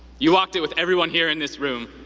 you walked it with everyone here in this room.